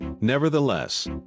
Nevertheless